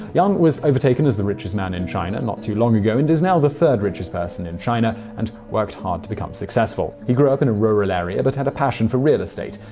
yan was overtaken as the richest man in china not too long ago, and is now the third richest person in china and worked hard to become successful. he grew up in a rural area but had a passion for real estate.